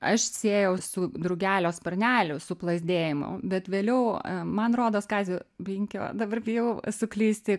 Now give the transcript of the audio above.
aš siejau su drugelio sparnelių suplazdėjimu bet vėliau man rodos kazio binkio dabar bijau suklysti